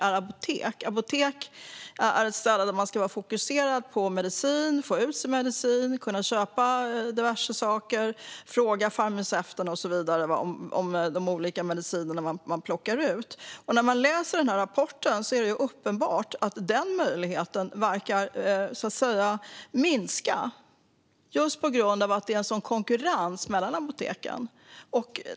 Ett apotek är ett ställe där man ska vara fokuserad på medicin, kunna köpa medicin och kunna fråga farmaceuten om de mediciner man köper. I rapporten är det uppenbart att den möjligheten verkar minska just på grund av att det är sådan konkurrens mellan apoteken.